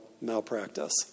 malpractice